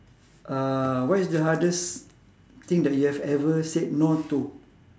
uh what is the hardest thing that you have ever said no to